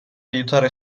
aiutare